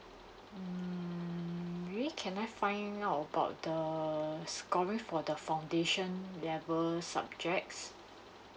mm maybe can I find out about the scoring for the foundation level subjects